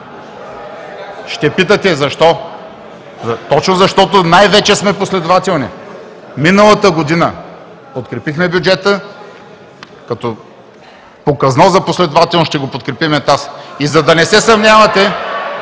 Ще питате защо? Точно защото най-вече сме последователни. Миналата година подкрепихме бюджета – като показно за последователност, ще го подкрепим и тази. И за да не се съмнявате